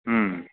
ಹ್ಞೂ